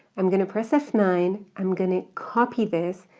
i'm gonna press f nine, i'm gonna copy this,